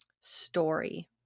story